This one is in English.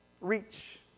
reach